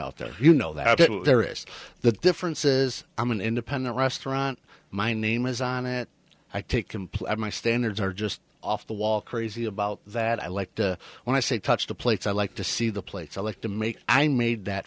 out there you know that there is the difference is i'm an independent restaurant my name is on it i take complete my standards are just off the wall crazy about that i like when i say touch the plates i like to see the plates elect to make i made that